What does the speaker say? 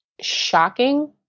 shocking